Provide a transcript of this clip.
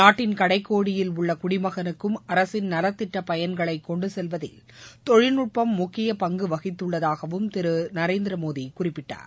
நாட்டின் கடைக்கோடியில் உள்ள குடிமகனுக்கும் அரசின் நலத்திட்டப்பயன்களை கொண்டுசெல்வதில் தொழில்நுட்பம் முக்கிய பங்கு வகித்துள்ளதாகவும் திரு நரேந்திர மோடி குறிப்பிட்டார்